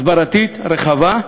הסברתית, רחבה,